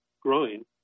growing